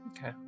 okay